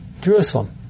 Jerusalem